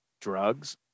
drugs